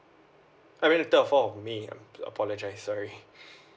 I mean the third or fourth of may I apologise sorry